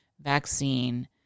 vaccine